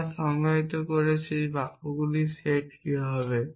আমরা সংজ্ঞায়িত করেছি বাক্যগুলির সেট কী হবে